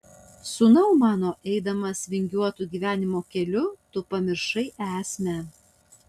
sūnau mano eidamas vingiuotu gyvenimo keliu tu pamiršai esmę